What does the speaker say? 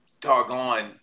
doggone